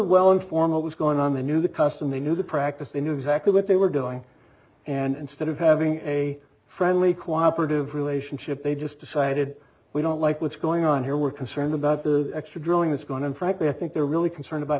well informal was going on they knew the custom they knew the practice they knew exactly what they were doing and instead of having a friendly cooperative relationship they just decided we don't like what's going on here we're concerned about the extra drawing that's gone and frankly i think they're really concerned about